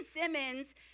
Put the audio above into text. Simmons